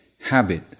habit